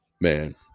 Man